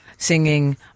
singing